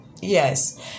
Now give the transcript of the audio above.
Yes